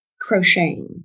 crocheting